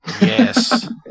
Yes